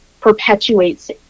perpetuates